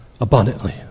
abundantly